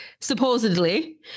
supposedly